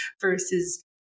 versus